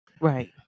Right